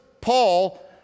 Paul